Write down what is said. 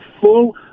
full